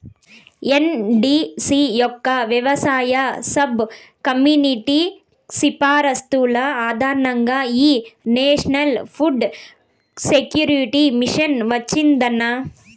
NDC యొక్క వ్యవసాయ sub committee సిఫార్సుల ఆధారంగా ఈ నేషనల్ ఫుడ్ సెక్యూరిటీ మిషన్ వచ్చిందన్న